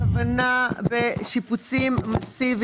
אני מתכבד לפתוח את ישיבת הוועדה,